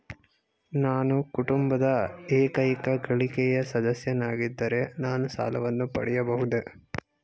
ನಾನು ಕುಟುಂಬದ ಏಕೈಕ ಗಳಿಕೆಯ ಸದಸ್ಯನಾಗಿದ್ದರೆ ನಾನು ಸಾಲವನ್ನು ಪಡೆಯಬಹುದೇ?